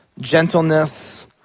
gentleness